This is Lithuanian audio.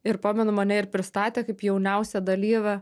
ir pamenu mane ir pristatė kaip jauniausią dalyvę